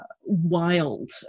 wild